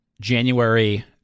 January